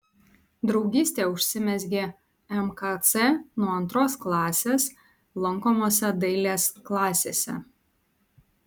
draugystė užsimezgė mkc nuo antros klasės lankomose dailės klasėse